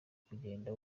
kugenda